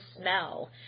smell